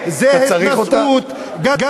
אתה צריך אותה?